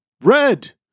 Red